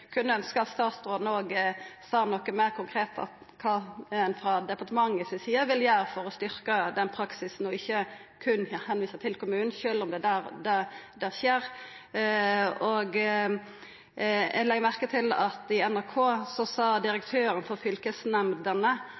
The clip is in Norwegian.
kunne ønskja at statsråden sa noko meir konkret om kva departementet vil gjera for å styrkja den praksisen, og ikkje berre visa til kommunen, sjølv om det er der det skjer. Eg legg merke til at direktøren for fylkesnemndene sa i NRK at dei har ingen praksis i dag for